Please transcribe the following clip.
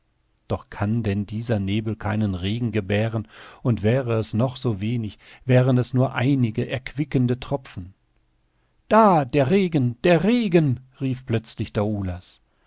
doch kann denn dieser nebel keinen regen gebären und wäre es noch so wenig wären es nur einige erquickende tropfen da der regen der regen rief plötzlich